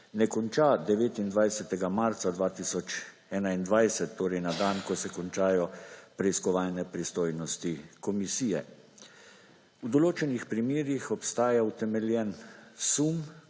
ne konča 29. marca 2021, torej na dan, ko se končajo preiskovalne pristojnosti komisije. V določenih primerih obstaja utemeljen sum,